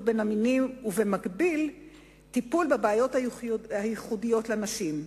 בין המינים ובמקביל לטיפול בבעיות ייחודיות לנשים.